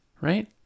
right